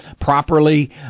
properly